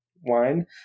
wine